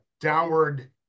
downward